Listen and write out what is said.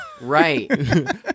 Right